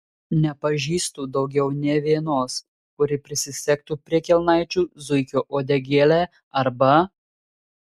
nepažįstu daugiau nė vienos kuri prisisegtų prie kelnaičių zuikio uodegėlę arba